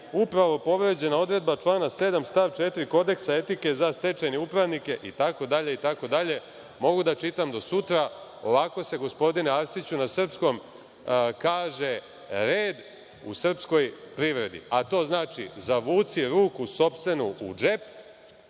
upravo povređena odredba člana 7. stav 4. kodeksa etike za stečajne upravnike itd, itd. Mogu da čitam do sutra, ovako se gospodine Arsiću, na srpskom, kaže red u srpskoj privredi, a to znači – zavuci sopstvenu ruku u džep